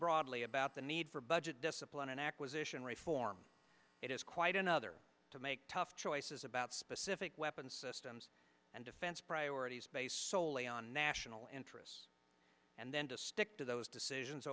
broadly about the need for budget discipline and acquisition reform it is quite another to make tough choices about specific weapons systems and defense priorities based soley on national interests and then to stick to those decisions